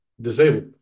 disabled